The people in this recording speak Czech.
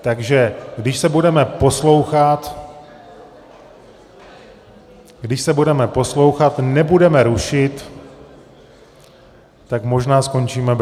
Takže když se budeme poslouchat, když se budeme poslouchat, nebudeme rušit, tak možná skončíme brzo.